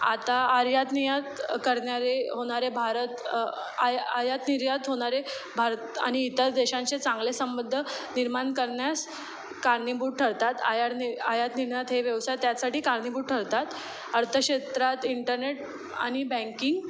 आता आयात निर्यात करणारे होणारे भारत आय आयात निर्यात होणारे भारत आणि इतर देशांचे चांगले संबंध निर्माण करण्यास कारणीभूत ठरतात आयार आणि आयात निर्यात हे व्यवसाय त्याचसाठी कारणीभूत ठरतात अर्थक्षेत्रात इंटरनेट आणि बँकिंग